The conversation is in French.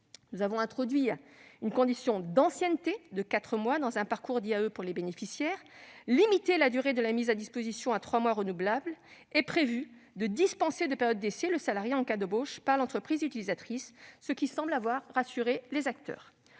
Nous avons introduit une condition d'ancienneté de quatre mois dans un parcours d'IAE pour les bénéficiaires, limité la durée de la mise à disposition à trois mois renouvelables et prévu de dispenser de période d'essai le salarié en cas d'embauche par l'entreprise utilisatrice, ce qui semble avoir rassuré les acteurs.